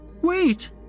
Wait